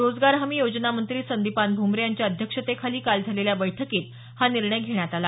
रोजगार हमी योजना मंत्री संदीपान भूमरे यांच्या अध्यक्षतेखाली काल झालेल्या बैठकीत हा निर्णय घेण्यात आला